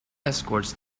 escorts